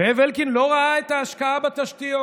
זאב אלקין לא ראה את ההשקעה בתשתיות,